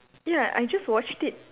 ya I just watched it